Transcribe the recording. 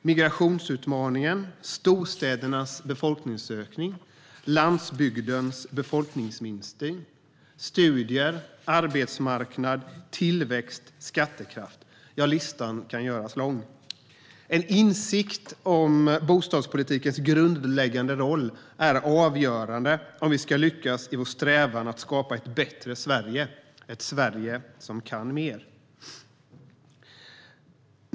Migrationsutmaningen, storstädernas befolkningsökning, landsbygdens befolkningsminskning, studier, arbetsmarknad, tillväxt, skattekraft - ja, listan kan göras lång. En insikt om bostadspolitikens grundläggande roll är avgörande om vi ska lyckas i vår strävan att skapa ett bättre Sverige, ett Sverige som kan mer.